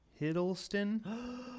Hiddleston